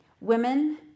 women